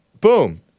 Boom